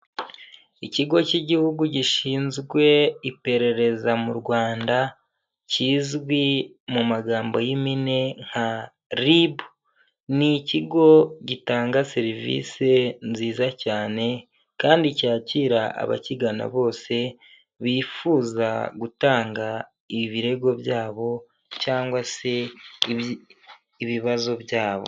Ikigo cy'igihugu gishinzwe iperereza mu Rwanda kizwi mu magambo y'ipine nka RIB, ni ikigo gitanga serivisi nziza cyane kandi cyakira abakigana bose bifuza gutanga ibirego byabo cyangwa se ibibazo byabo.